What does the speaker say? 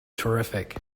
terrific